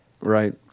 Right